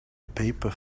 paper